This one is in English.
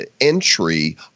entry